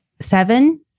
seven